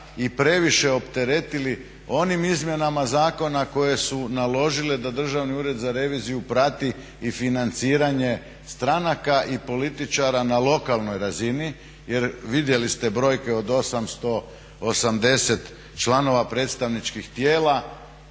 i previše opteretili onim izmjenama zakona koje su naložile da Državni ured za reviziju prati i financiranje stranaka i političara na lokalnoj razini. Jer, vidjeli ste brojke od 880 članova predstavničkih tijela.